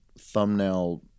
thumbnail